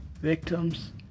victims